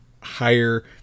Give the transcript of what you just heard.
higher